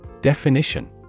Definition